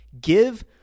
Give